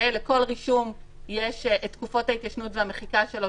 לכל רישום יש את תקופות ההתיישנות והמחיקה שלו,